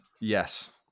yes